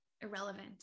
irrelevant